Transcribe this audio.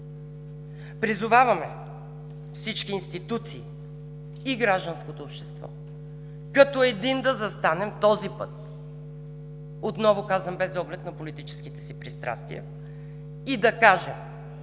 Призоваваме всички институции и гражданското общество като един да застанем този път, отново казвам, без оглед на политическите си пристрастия, и да кажем: